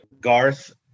Garth